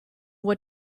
what